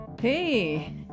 Hey